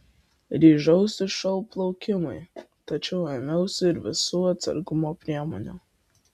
ryžausi šou plaukimui tačiau ėmiausi ir visų atsargumo priemonių